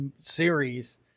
series